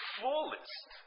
fullest